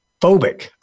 phobic